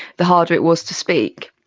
the harder it was to speak.